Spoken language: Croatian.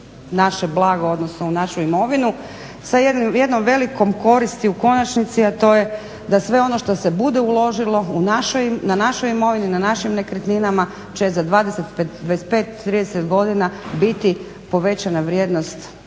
naše blago, odnosno u našu imovinu. Sa jednom velikom koristi u konačnici, a to je da sve ono što se bude uložili u našoj, na našoj imovini, na našim nekretninama će za 20, 25, 30 godina biti povećana vrijednost